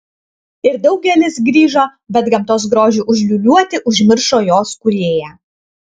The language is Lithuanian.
ir daugelis grįžo bet gamtos grožio užliūliuoti užmiršo jos kūrėją